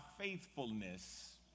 faithfulness